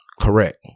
Correct